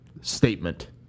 Statement